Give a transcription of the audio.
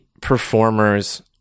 performers